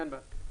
אין בעיה.